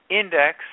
index